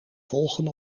volgen